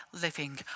living